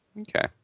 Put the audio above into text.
Okay